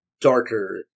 darker